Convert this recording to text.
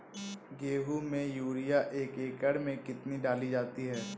गेहूँ में यूरिया एक एकड़ में कितनी डाली जाती है?